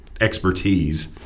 expertise